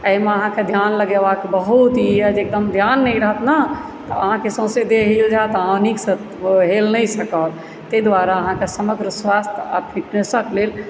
एहिमे अहाँकेँ ध्यान लगेबाक बहुत इ यऽ जे एकदम ध्यान नहि रहत ने अहाँकेेँ सौसे देह हिल जाएत अहाँ नीकसंँ खेल नहि सकब ताहि दुआरे अहाँकेँ समग्र स्वास्थ्य आ फीटनेसक लेल